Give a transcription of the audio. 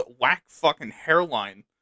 whack-fucking-hairline